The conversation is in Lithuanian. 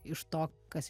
iš to kas